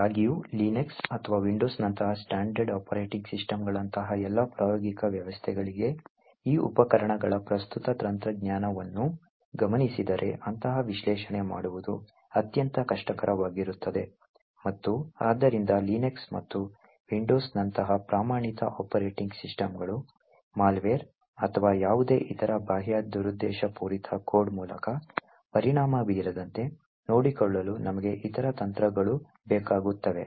ಆದಾಗ್ಯೂ ಲಿನಕ್ಸ್ ಅಥವಾ ವಿಂಡೋಸ್ ನಂತಹ ಸ್ಟ್ಯಾಂಡರ್ಡ್ ಆಪರೇಟಿಂಗ್ ಸಿಸ್ಟಂಗಳಂತಹ ಎಲ್ಲಾ ಪ್ರಾಯೋಗಿಕ ವ್ಯವಸ್ಥೆಗಳಿಗೆ ಈ ಉಪಕರಣಗಳ ಪ್ರಸ್ತುತ ತಂತ್ರಜ್ಞಾನವನ್ನು ಗಮನಿಸಿದರೆ ಅಂತಹ ವಿಶ್ಲೇಷಣೆ ಮಾಡುವುದು ಅತ್ಯಂತ ಕಷ್ಟಕರವಾಗಿರುತ್ತದೆ ಮತ್ತು ಆದ್ದರಿಂದ ಲಿನಕ್ಸ್ ಮತ್ತು ವಿಂಡೋಸ್ ನಂತಹ ಪ್ರಮಾಣಿತ ಆಪರೇಟಿಂಗ್ ಸಿಸ್ಟಂಗಳು ಮಾಲ್ವೇರ್ ಅಥವಾ ಯಾವುದೇ ಇತರ ಬಾಹ್ಯ ದುರುದ್ದೇಶಪೂರಿತ ಕೋಡ್ ಮೂಲಕ ಪರಿಣಾಮ ಬೀರದಂತೆ ನೋಡಿಕೊಳ್ಳಲು ನಮಗೆ ಇತರ ತಂತ್ರಗಳು ಬೇಕಾಗುತ್ತವೆ